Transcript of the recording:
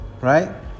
right